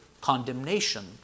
condemnation